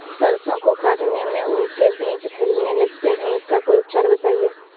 सरसो को काटने में उनके बीज फैलने लगते हैं इसका कोई उपचार बताएं?